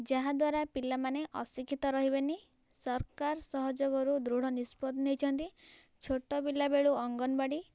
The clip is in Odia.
ଯାହାଦ୍ୱାରା ପିଲାମାନେ ଅଶିକ୍ଷିତ ରହିବେନି ସରକାର ସହଯୋଗରୁ ଦୃଢ଼ ନିଷ୍ପତି ନେଇଛନ୍ତି ଛୋଟ ପିଲାବେଳୁ ଅଙ୍ଗନବାଡ଼ି